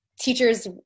teachers